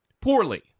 poorly